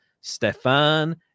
Stefan